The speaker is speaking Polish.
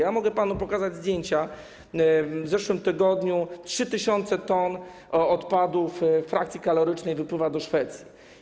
Ja mogę panu pokazać zdjęcia, w zeszłym tygodniu 3 tys. t odpadów frakcji kalorycznej wypłynęło do Szwecji.